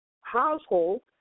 household